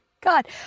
God